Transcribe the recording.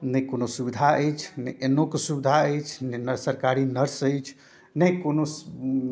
नहि कोनो सुविधा अछि नहि आइनोके सुविधा अछि नहि नर सरकारी नर्स अछि नहि कोनो